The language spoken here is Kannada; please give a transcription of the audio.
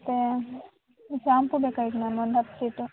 ಮತ್ತು ಶಾಂಪು ಬೇಕಾಗಿತ್ತು ಮ್ಯಾಮ್ ಒಂದು ಹತ್ತು ಶೀಟು